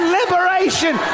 liberation